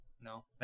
no